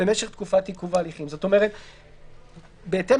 כמובן בהתקיים